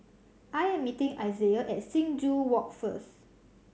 I am meeting Izaiah at Sing Joo Walk first